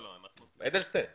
אדלשטיין.